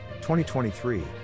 2023